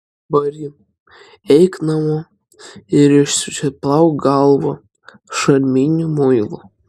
bari eik namo ir išsiplauk galvą šarminiu muilu